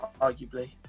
arguably